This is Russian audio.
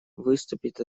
выступит